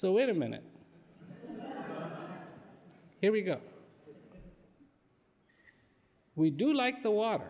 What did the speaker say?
so wait a minute here we go we do like the water